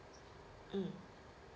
mm